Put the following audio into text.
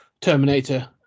Terminator